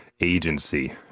Agency